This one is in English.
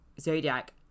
Zodiac